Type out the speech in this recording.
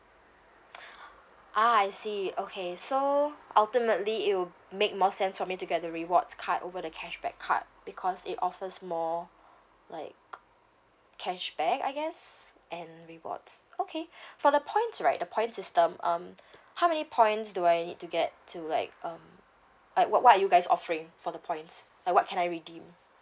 ah I see okay so ultimately it'll make more sense for me to get the rewards card over the cashback card because it offers more like cashback I guess and rewards okay for the points right the point system um how many points do I need to get to like um like what what are you guys offering for the points like what can I redeem